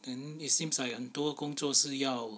then it seems like 很多工作是要